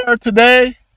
today